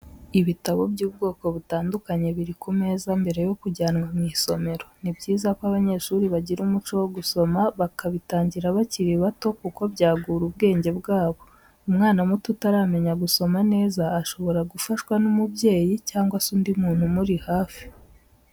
Ibitabo by'ubwoko butandukanye biri ku meza mbere yo kujyanwa mu isomero, ni byiza ko abanyeshuri bagira umuco wo gusoma bakabitangira bakiri bato kuko byagura ubwenge bwabo, umwana muto utaramenya gusoma neza shobora gufashwa n'umubyeyi cyangwa se undi muntu umuri hafi.